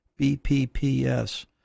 BPPS